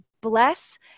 bless